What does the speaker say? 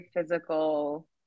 physical